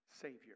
Savior